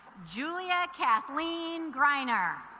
julia kathleen greiner